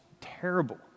terrible